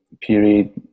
period